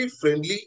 friendly